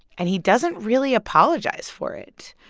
and he doesn't really apologize for it.